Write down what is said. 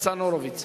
ניצן הורוביץ.